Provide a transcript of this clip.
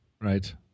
Right